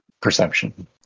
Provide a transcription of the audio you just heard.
perception